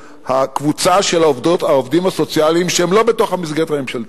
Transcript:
הקבוצה של העובדים הסוציאליים שהם לא בתוך המסגרת הממשלתית.